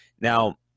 Now –